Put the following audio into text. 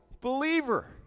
believer